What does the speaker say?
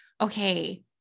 Okay